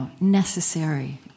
necessary